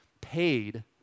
paid